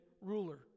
ruler